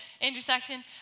intersection